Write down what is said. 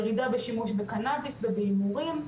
ירידה בשימוש בקנאביס ובהימורים.